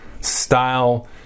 style